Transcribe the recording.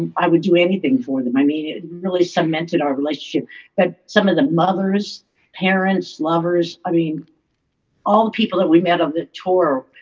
i would do anything for them i mean, it really cemented our relationship but some of the mother's parents lovers i mean all people that we met on the tour